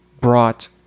brought